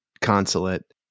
consulate